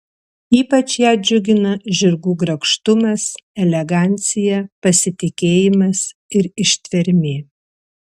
ypač ją džiugina žirgų grakštumas elegancija pasitikėjimas ir ištvermė